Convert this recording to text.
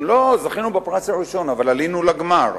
אנחנו לא זכינו בפרס הראשון, אבל עלינו לגמר.